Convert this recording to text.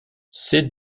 c’est